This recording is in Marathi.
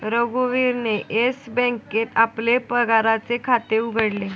रघुवीरने येस बँकेत आपले पगाराचे खाते उघडले